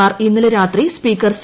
മാർ ഇന്നലെ രാത്രി speaker C